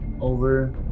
over